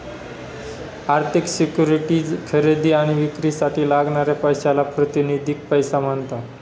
आर्थिक सिक्युरिटीज खरेदी आणि विक्रीसाठी लागणाऱ्या पैशाला प्रातिनिधिक पैसा म्हणतात